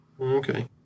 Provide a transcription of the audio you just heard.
Okay